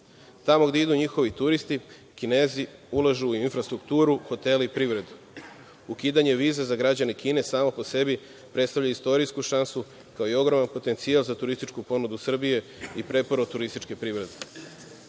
Tamo gde idu njihovi turisti Kinezi ulažu u infrastrukturu, hotele i privredu. Ukidanje viza za građane Kine sama po sebi predstavlja istorijsku šansu, kao i ogroman potencijal za turističku ponudu Srbije i preporod turističke privrede. Ako